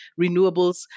renewables